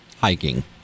Hiking